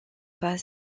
pas